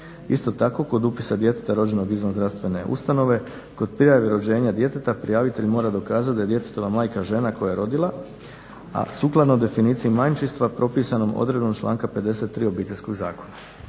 Isto tako kod upisa djeteta rođenog izvan zdravstvene ustanove kod prijave rođenja djeteta prijavitelj mora dokazati da je djetetova majka žena koja je rodila, a sukladno definiciji majčinstva propisanom odredbom članka 53. Obiteljskog zakona.